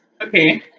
Okay